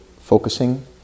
focusing